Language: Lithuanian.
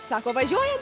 sako važiuojam